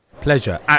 pleasure